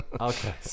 Okay